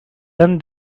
done